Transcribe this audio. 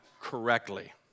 correctly